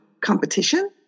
competition